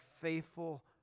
faithful